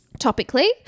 topically